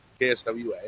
KSWA